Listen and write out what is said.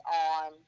on